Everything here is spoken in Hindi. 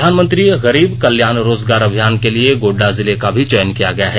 प्रधानमंत्री गरीब कल्याण रोजगार अभियान के लिए गोडडा जिले का भी चयन किया गया है